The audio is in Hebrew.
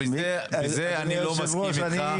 בזה אני לא מסכים איתך.